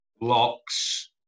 blocks